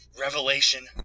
revelation